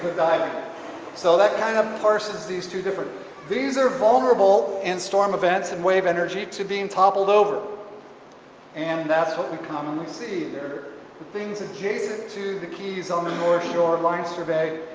diving so that kind of parses these two different these are vulnerable in storm events and wave energy to being toppled over and that's what we commonly see. they're the things adjacent to the cays on the north shore leinster bay.